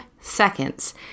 seconds